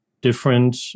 different